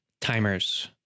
Timers